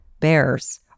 bears